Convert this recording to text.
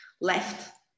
left